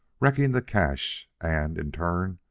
wrecking the cache and, in turn,